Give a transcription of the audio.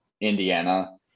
Indiana